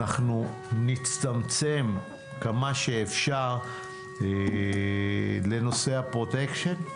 אנחנו נצטמצם כמה שאפשר לנושא הפרוטקשן,